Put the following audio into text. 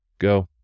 Go